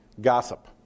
gossip